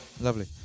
lovely